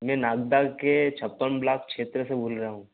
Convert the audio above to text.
मैं नागदा के छप्पन ब्लाक क्षेत्र से बोल रहा हूँ